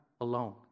alone